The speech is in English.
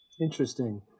Interesting